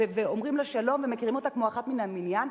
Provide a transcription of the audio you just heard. ואומרים לה שלום ומכירים אותה כמו אחת מן המניין,